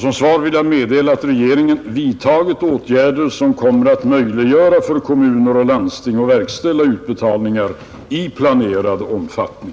Som svar vill jag meddela att regeringen vidtagit åtgärder som kommer att möjliggöra för kommuner och landsting att verkställa utbetalningar i planerad omfattning.